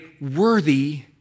worthy